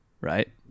Right